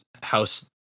house